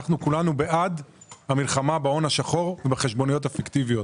כולנו בעד המלחמה בהון השחור ובחשבוניות הפיקטיביות.